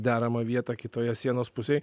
deramą vietą kitoje sienos pusėje